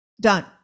Done